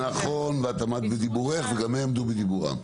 נכון ואת עמדת בדיבורך וגם הם עמדו בדיבורם.